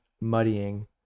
muddying